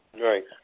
Right